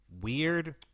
weird